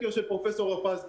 הסקר של פרופ' הרפז יסייע.